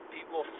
People